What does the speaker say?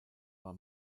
war